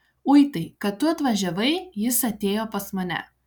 uitai kad tu atvažiavai jis atėjo pas mane